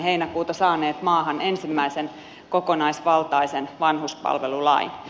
heinäkuuta saaneet maahan ensimmäisen kokonaisvaltaisen vanhuspalvelulain